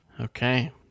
Okay